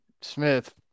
Smith